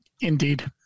Indeed